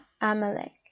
Amalek